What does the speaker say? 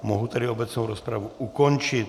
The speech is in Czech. Mohu tedy obecnou rozpravu ukončit.